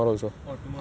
orh ya